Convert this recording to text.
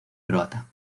croata